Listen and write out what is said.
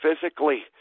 physically